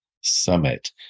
summit